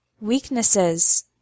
Weaknesses